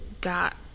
got